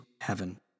heaven